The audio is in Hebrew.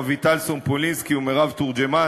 אביטל סומפולינסקי ומירב תורג'מן.